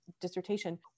dissertation